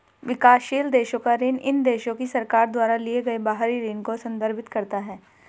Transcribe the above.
विकासशील देशों का ऋण इन देशों की सरकार द्वारा लिए गए बाहरी ऋण को संदर्भित करता है